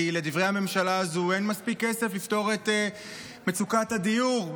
כי לדברי הממשלה הזו אין מספיק כסף לפתור את מצוקת הדיור,